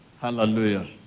Hallelujah